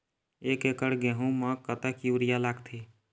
एक एकड़ गेहूं म कतक यूरिया लागथे?